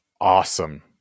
awesome